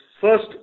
first